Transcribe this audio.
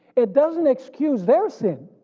it doesn't excuse their sin,